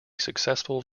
successful